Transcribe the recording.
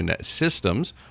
systems